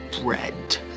bread